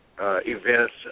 events